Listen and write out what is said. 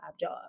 job